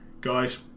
guys